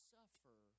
suffer